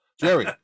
Jerry